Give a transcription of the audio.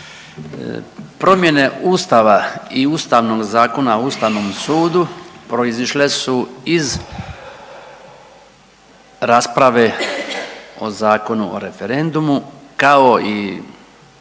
Promjene ustava i Ustavnog zakona o ustavnom sudu proizišle su iz rasprave o Zakonu o referendumu, kao i